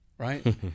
Right